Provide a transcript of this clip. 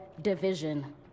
division